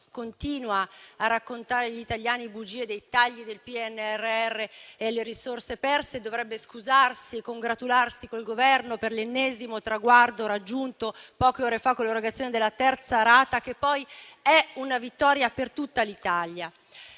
continua a raccontare agli italiani bugie dei tagli del PNRR e delle risorse perse, dovrebbe scusarsi e congratularsi con il Governo per l'ennesimo traguardo raggiunto poche ore fa con l'erogazione della terza rata, che rappresenta una vittoria per tutta l'Italia.